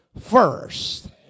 first